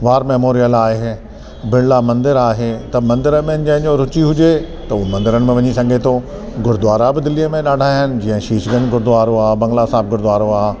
war memorial आहे बिरला मंदिर आहे त मंदिर में जंहिंजो रूचि हुजे त हूं मंदिरनि में वञी सघे थो गुरुद्वारा बि दिल्लीअ में ॾाढा आहिनि जीअं शीशगंज गुरुद्वारो आहे बंगला साहिब गुरुद्वारो आहे